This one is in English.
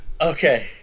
Okay